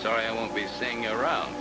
sorry i won't be staying around